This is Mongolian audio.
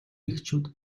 эхчүүд